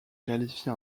qualifié